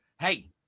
hey